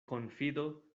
konfido